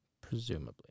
presumably